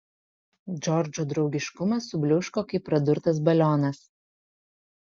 džordžo draugiškumas subliūško kaip pradurtas balionas